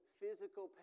physical